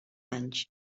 anys